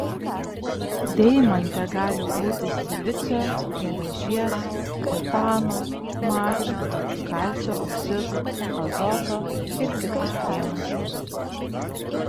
deimante gali būti silicio geležies titano magnio kalcio oksidų azoto ir kitos priemaišos